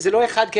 מרימים חומה,